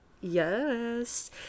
yes